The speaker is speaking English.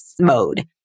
mode